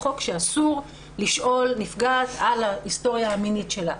חוק שאסור לשאול נפגעת על ההיסטוריה המינית שלה,